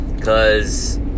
cause